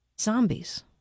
zombies